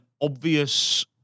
obvious